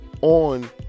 on